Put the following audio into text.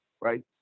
right